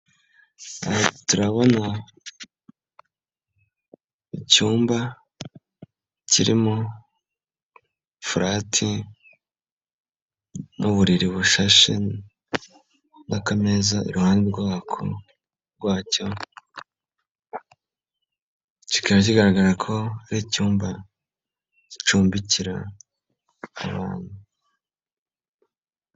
Turabona icyumba kirimo furati n'uburiri bushashe, n'akameza iruhande rwacyo. Kikaba kigaragara ko ari icyumba gicumbikira abantu.